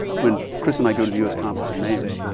when chris and i go to the u s. conference of mayors,